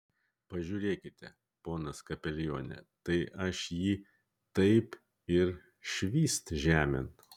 pažiūrėkite ponas kapelione tai aš jį taip ir švyst žemėn